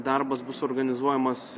darbas bus organizuojamas